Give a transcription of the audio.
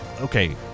okay